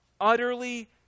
utterly